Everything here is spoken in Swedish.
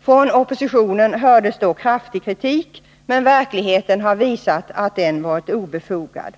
Från oppositionen hördes då kraftig kritik, men verkligheten har visat att den var obefogad.